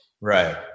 right